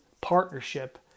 partnership